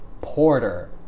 porter